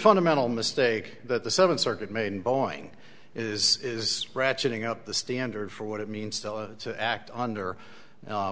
fundamental mistake that the seven circuit main boeing is is ratcheting up the standards for what it means to act under